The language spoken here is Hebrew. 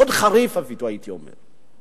מאוד חריף אפילו, הייתי אומר.